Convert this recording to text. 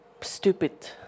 stupid